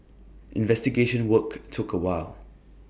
investigation work took A while